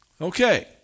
Okay